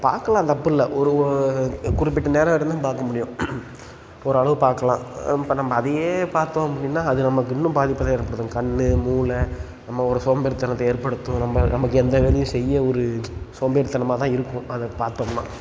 பார்க்கலாம் தப்பில்லை ஒரு ஓ குறிப்பிட்ட நேரம் வரையும் தான் பார்க்க முடியும் ஓரளவு பார்க்கலாம் இப்போ நம்ம அதையே பார்த்தோம் அப்படின்னா அது நமக்கு இன்னும் பாதிப்பை தான் ஏற்படுத்தும் கண் மூளை நம்ம ஒரு சோம்பேறித்தனத்தை ஏற்படுத்தும் நம்ம நமக்கு எந்த வேலையும் செய்ய ஒரு சோம்பேறித்தனமாக தான் இருக்கும் அதை பார்த்தோம்னா